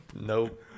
Nope